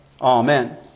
Amen